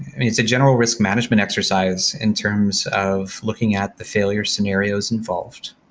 it's a general risk management exercise in terms of looking at the failure scenarios involved.